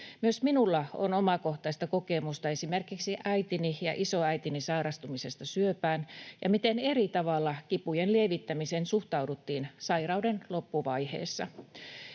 Myös minulla on omakohtaista kokemusta esimerkiksi äitini ja isoäitini sairastumisesta syöpään ja siitä, miten eri tavalla kipujen lievittämiseen suhtauduttiin sairauden loppuvaiheessa.